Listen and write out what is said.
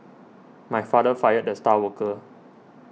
my father fired the star worker